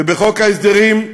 וחוק ההסדרים,